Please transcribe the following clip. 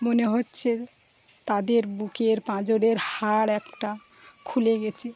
মনে হচ্ছে তাদের বুকের পাঁজরের হাড় একটা খুলে গিয়েছে